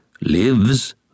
lives